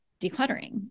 decluttering